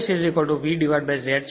તેથી આ V છે